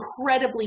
incredibly